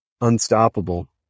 unstoppable